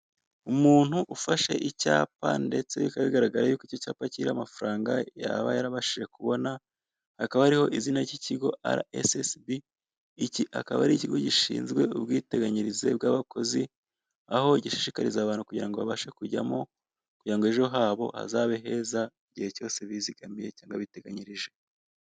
Umuntu ufashe icyapa ndetse bikaba bigaragara yuko iki cyapa kiriho amafaranga yaba yarabashije kubona, hakaba hariho izina ry'ikigo RSSB, iki akaba ari ikigo gishinzwe ubwiteganyirize bw'abakozi, aho gishishikariza abantu kugira ngo babashe kujyamo kugira ngo ejo habo hazabe heza igihe cyose bizigamiye cyangwa biteganyirije.